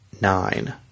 nine